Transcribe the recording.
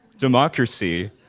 democracy.